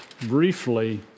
briefly